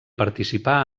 participà